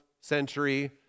century